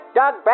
Doug